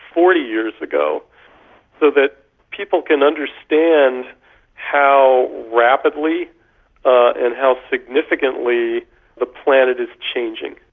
forty years ago, so that people can understand how rapidly and how significantly the planet is changing.